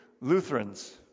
Lutherans